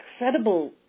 incredible